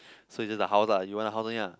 so its just the house lah you want the house only lah